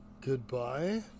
Goodbye